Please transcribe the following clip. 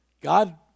God